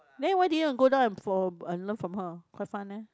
then why didn't you go down and for and learn from her quite fun eh